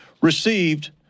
received